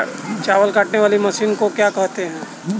चावल काटने वाली मशीन को क्या कहते हैं?